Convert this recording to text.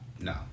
No